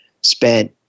spent